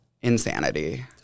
Insanity